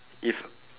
if